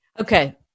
Okay